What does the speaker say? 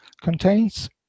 contains